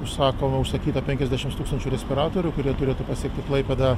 užsakoma užsakyta penkiasdešimts tūkstančių respiratorių kurie turėtų pasiekti klaipėdą